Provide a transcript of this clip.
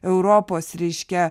europos reiškia